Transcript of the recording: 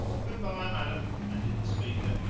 good-bye, madam, added the speaker.